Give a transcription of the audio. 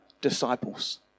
disciples